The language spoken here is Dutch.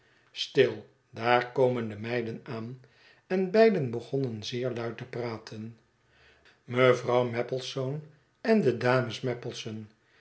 stil daar komen de meiden aan en beiden begonnen zeer luid te praten mevrouw maplesone en de dames